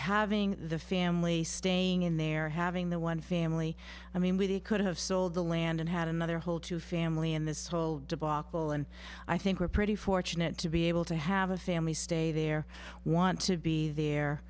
having the family staying in there having the one family i mean we could have sold the land and had another whole two family in this whole debacle and i think we're pretty fortunate to be able to have a family stay there want to be there